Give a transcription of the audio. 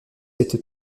cette